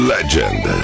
Legend